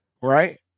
right